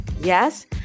Yes